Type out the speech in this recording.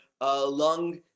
lung